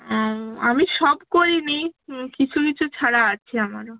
আমি সব করিনি কিছু কিছু ছাড়া আছে আমারও